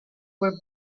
were